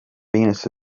venus